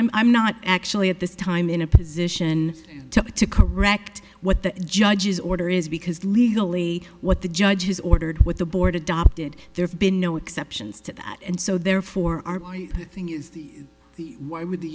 i'm i'm not actually at this time in a position to correct what the judge's order is because legally what the judge has ordered what the board adopted there's been no exceptions to that and so therefore i thing is the the why would the